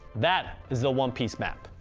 that is the one piece map.